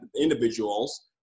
individuals